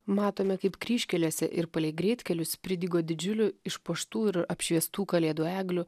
matome kaip kryžkelėse ir palei greitkelius pridygo didžiulių išpuoštų ir apšviestų kalėdų eglių